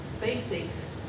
basics